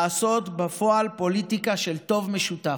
לעשות בפועל פוליטיקה של טוב משותף,